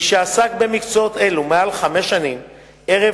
מי שעסק במקצועות אלה מעל חמש שנים ערב